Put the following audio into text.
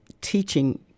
teaching